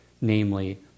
namely